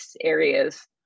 areas